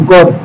God